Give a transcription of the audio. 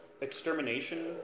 extermination